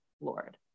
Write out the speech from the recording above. Lord